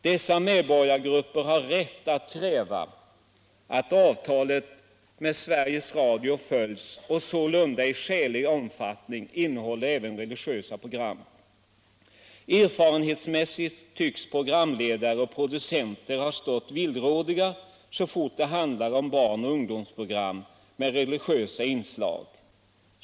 Dessa medborgargrupper har rätt att kräva att avtalet med Sveriges Radio följs och att sändningarna sålunda i skälig omfattning innehåller även religiösa program. Erfarenhetsmässigt tycks programledare och producenter ha stått villrådiga så fort det handlar om barn och ungdomsprogram med religiösa inslag.